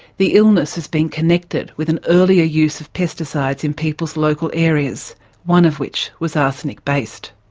the illness has been connected with an earlier use of pesticides in people's local areas one of which was arsenic based.